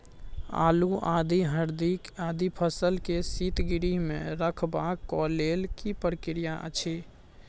आलू, आदि, हरदी आदि फसल के शीतगृह मे रखबाक लेल की प्रक्रिया अछि?